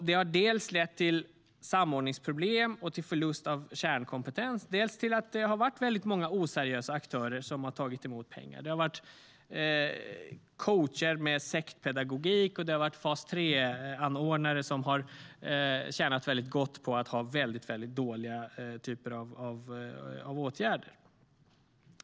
Det har dels lett till samordningsproblem och förlust av kärnkompetens, dels lett till att det har varit väldigt många oseriösa aktörer som har tagit emot pengar. Det har varit coacher med sektpedagogik, och det har varit fas 3-anordnare som har tjänat väldigt gott på att ha väldigt dåliga typer av åtgärder.